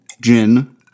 gin